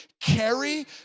carry